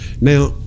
Now